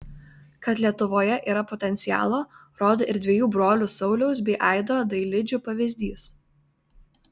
kad lietuvoje yra potencialo rodo ir dviejų brolių sauliaus bei aido dailidžių pavyzdys